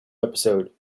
episode